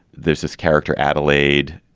there's this character, adelaide.